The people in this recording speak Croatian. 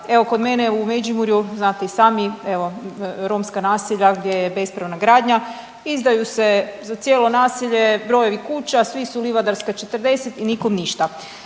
Evo kod mene u Međimurju, znate i sami, evo romska naselja gdje je bespravna gradnja. Izdaju se za cijelo naselje brojevi kuća, svi su Livadarska 40. i nikom ništa.